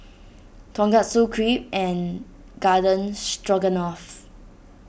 Tonkatsu Crepe and Garden Stroganoff